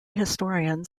historians